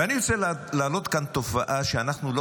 ואני רוצה להעלות כאן תופעה שאנחנו לא